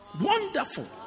Wonderful